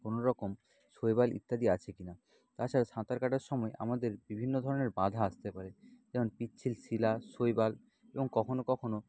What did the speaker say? কোনো রকম শৈবাল ইত্যাদি আছে কি না তাছাড়া সাঁতার কাটার সময় আমাদের বিভিন্ন ধরনের বাঁধা আসতে পারে যেমন পিচ্ছিল শিলা শৈবাল এবং কখনও কখনও